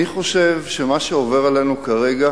אני חושב שמה שעובר עלינו כרגע